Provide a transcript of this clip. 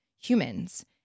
humans